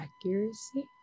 accuracy